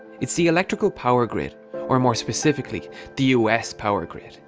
it's the electrical power-grid or more specifically the us power grid.